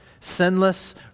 sinless